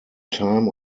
time